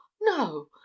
no